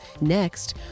Next